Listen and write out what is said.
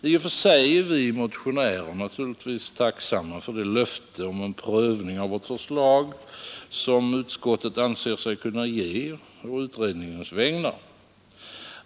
I och för sig är vi motionärer naturligtvis tacksamma för det löfte om en prövning av vårt förslag, som utskottet anser sig kunna ge å utredningens vägnar.